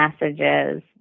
messages